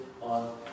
on